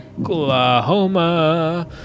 Oklahoma